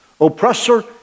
oppressor